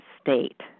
state